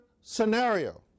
scenario